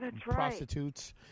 prostitutes